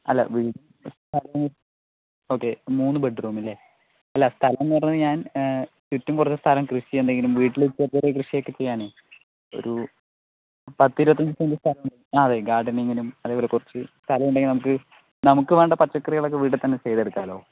അല്ല വീടും സ്ഥലം ഓക്കേ മൂന്ന് ബെഡ്റൂംലെ അല്ല സ്ഥലമെന്ന് പറഞ്ഞ് കഴിഞ്ഞാൽ ഞാൻ ചുറ്റും കുറച്ച് സ്ഥലം കൃഷി ചെയ്യാനെന്തെങ്കിലും വീട്ടിൽ കൃഷിയൊക്കെ ചെയ്യാനേ ഒരു പത്ത് ഇരുപത്തിയഞ്ച് സെൻറ് സ്ഥലം ഉണ്ട് ഗാർഡനിങ്ങിനും അതെപോലെ കുറച്ച് സ്ഥലം ഉണ്ടെങ്കിൽ നമുക്ക് നമുക്ക് വേണ്ട പച്ചക്കറികളൊക്കെ വീട്ടിൽ തന്നെ ചെയ്തെടുക്കാലോ